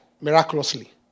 miraculously